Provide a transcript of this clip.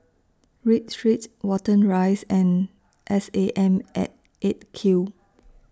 Read Street Watten Rise and S A M At eight Q